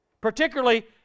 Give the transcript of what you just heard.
particularly